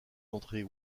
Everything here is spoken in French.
entrées